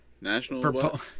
National